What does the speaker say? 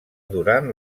durant